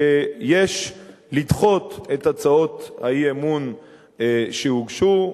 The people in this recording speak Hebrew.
שיש לדחות את הצעות האי-אמון שהוגשו,